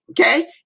okay